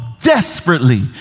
desperately